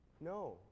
no